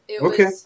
Okay